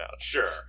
Sure